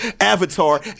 Avatar